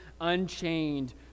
unchained